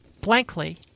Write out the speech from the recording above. blankly